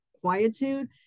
quietude